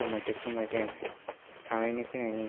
समयते समयते थांनायनि फैनायनि